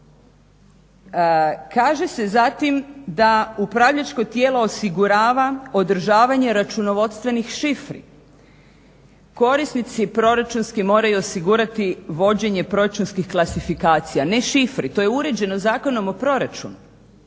Kaže se zatim da "upravljačko tijelo osigurava održavanje računovodstvenih šifri". Korisnici proračunski moraju osigurati vođenje proračunskih klasifikacija ne šifri, to je uređeno Zakonom u proračunu.